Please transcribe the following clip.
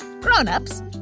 Grown-ups